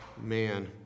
Man